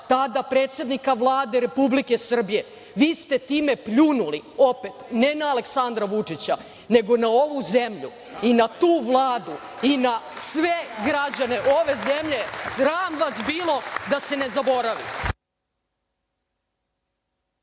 tada predsednika Vlade Republike Srbije. Vi ste time pljunuli, opet, ne na Aleksandra Vučića, nego na ovu zemlju i na tu Vladu i na sve građane ove zemlje. Sram vas bilo, da se ne zaboravi!